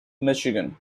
michigan